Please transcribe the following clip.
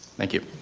thank you.